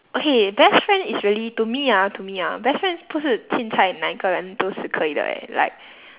okay best friend is really to me ah to me ah best friend 不是 chin cai 两个人都是可以的 eh like